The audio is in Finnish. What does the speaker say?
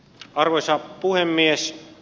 arvoisa puhemies